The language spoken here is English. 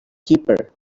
cheaper